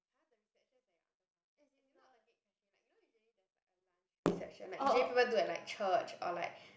!huh! the reception is at your uncle's house as in not the gate crashing like you know usually there's like a lunch reception like usually people do at church or like